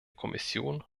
kommission